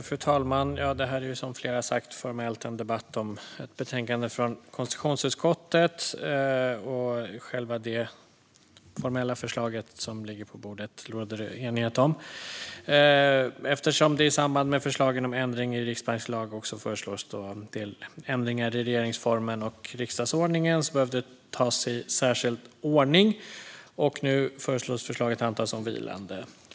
Fru talman! Som flera har sagt är detta formellt en debatt om ett betänkande från konstitutionsutskottet, och det formella förslaget som ligger på bordet råder det enighet om. Eftersom det i samband med förslagen om ändring i riksbankslagen också föreslås en del ändringar i regeringsformen och riksdagsordningen behöver beslut tas i särskild ordning, och förslaget föreslås nu antas som vilande.